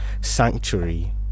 sanctuary